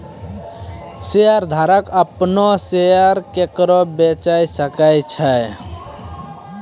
शेयरधारक अपनो शेयर केकरो बेचे सकै छै